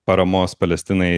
paramos palestinai